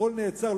הכול נעצר,